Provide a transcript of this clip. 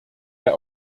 der